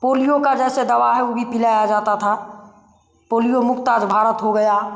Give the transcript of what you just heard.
polio का जैसे दवा है वह भी पिलाया जाता था पोलियो मुक्त आज भारत हो गया